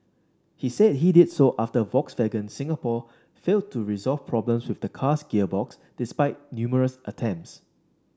he said he did so after Volkswagen Singapore failed to resolve problems with the car's gearbox despite numerous attempts